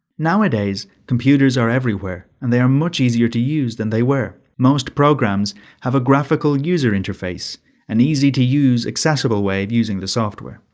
nowadays, computers are everywhere, and they are much easier to use than they were. most programs have a graphical user interface an easy to use, accessible way of using the software.